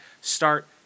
start